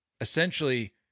Essentially